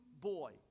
boy